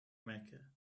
mecca